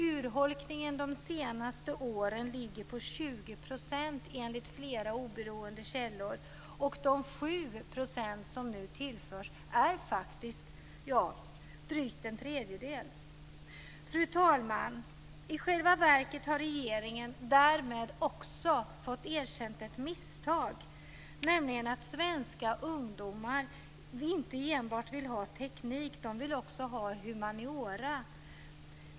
Urholkningen de senaste åren ligger på 20 % enligt flera oberoende källor, och de 7 % som nu tillförs är drygt en tredjedel. Fru talman! I själva verket har regeringen därmed erkänt sitt misstag, nämligen att svenska ungdomar inte enbart vill ha teknik, de vill också ha humaniora.